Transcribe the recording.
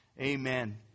amen